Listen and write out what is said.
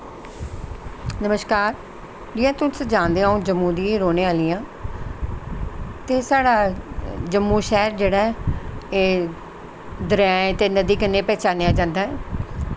नमस्कार जियां तुस जानदे ओ अ'ऊं जम्मू दी गै रौह्ने आह्ली आं ते साढ़ा जम्मू शैहर जेह्ड़ा ऐ एह् दरियाएं ते नदी कन्नै पैह्चानेआ जंदा ऐ